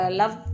love